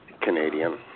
Canadian